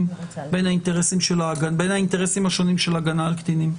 בין האינטרסים השונים של הגנה על קטינים.